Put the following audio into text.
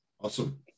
Awesome